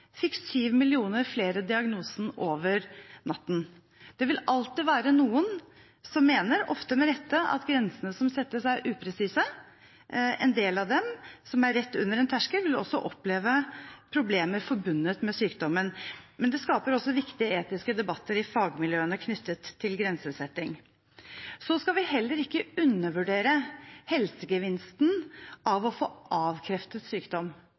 fikk syv millioner flere diagnosen over natten. Det vil alltid være noen som mener – ofte med rette – at grensene som settes er upresise. En del av dem som er rett under en terskel, vil også oppleve problemer forbundet med sykdommen. Det skaper også viktige etiske debatter i fagmiljøene knyttet til grensesetting. Så skal vi heller ikke undervurdere helsegevinsten av å få avkreftet sykdom.